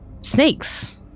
snakes